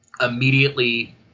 immediately